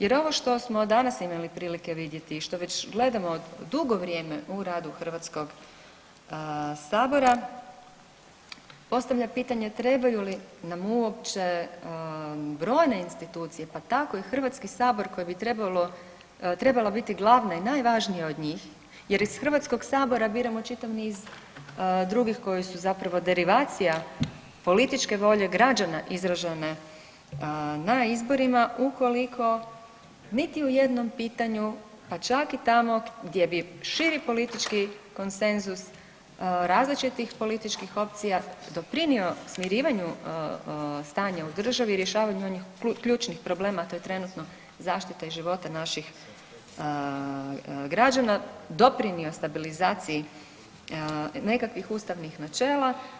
Jer ovo što smo danas imali prilike vidjeti i što već gledamo dugo vrijeme u radu HS-a postavlja pitanje trebaju li nam uopće brojne institucije pa tako i HS koji bi trebao biti glavna i najvažnija od njih jer iz HS-a biramo čitav niz drugih koji su zapravo derivacija političke volje građana izražene na izborima ukoliko niti u jednom pitanju pa čak i tamo gdje bi širi politički konsenzus različitih političkih opcija doprinio smirivanju stanja u državi i rješavanju onih ključnih problema to je trenutno zaštita i života naših građana doprinio stabilizaciji nekakvih ustavnih načela.